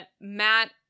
Matt